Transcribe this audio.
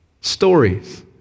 Stories